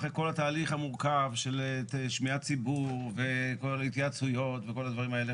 אחרי כל התהליך המורכב של שמיעת ציבור והתייעצויות וכל הדברים האלה,